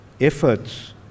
efforts